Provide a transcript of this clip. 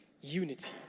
unity